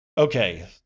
Okay